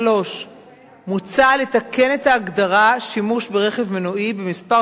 3. מוצע לתקן את ההגדרה "שימוש ברכב מנועי" בכמה